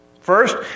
First